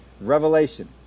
Revelation